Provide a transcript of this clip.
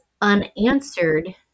unanswered